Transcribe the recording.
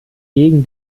gegen